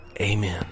Amen